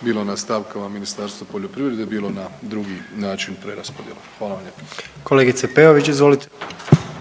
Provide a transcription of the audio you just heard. bilo na stavkama Ministarstva poljoprivrede, bilo na drugi način preraspodjelom. Hvala vam lijepo.